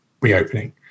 reopening